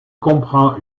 comprend